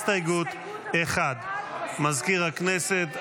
הסתייגות 1. מזכיר הכנסת,